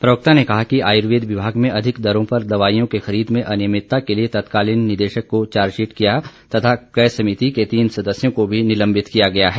प्रवक्ता ने कहा कि आयुर्वेद विभाग में अधिक दरों पर दवाइयों के खरीद में अनियमितता के लिए तत्कालीन निदेशक को चार्जशीट किया तथा क्रय समिति के तीन सदस्यों को भी निलम्बित किया गया है